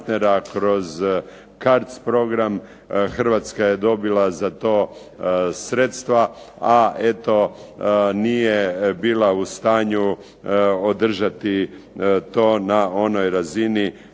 kroz CARDS program, Hrvatska je dobila za to sredstva, a eto nije bila u stanju održati to na onoj razini